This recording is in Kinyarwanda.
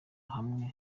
hamwe